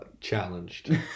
Challenged